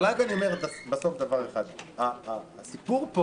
אבל בסוף אני רק אומר דבר אחד, הסיפור פה